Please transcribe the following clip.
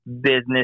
business